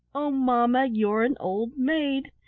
oh, mamma! you're an old maid!